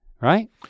Right